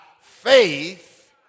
faith